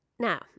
Now